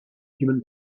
human